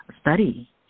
study